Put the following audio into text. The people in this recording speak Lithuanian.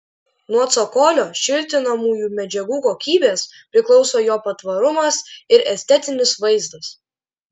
nuo cokolio šiltinamųjų medžiagų kokybės priklauso jo patvarumas ir estetinis vaizdas